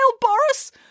Boris